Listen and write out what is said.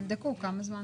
תבדקו כמה זמן.